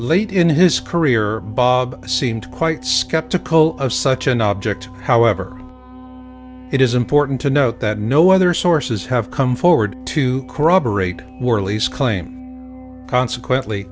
late in his career seemed quite skeptical of such an object however it is important to note that no other sources have come forward to corroborate morley's claim consequently